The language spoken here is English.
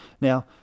Now